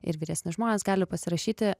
ir vyresni žmonės gali pasirašyti